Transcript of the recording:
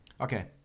okay